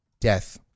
death